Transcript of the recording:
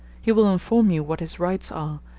he will inform you what his rights are,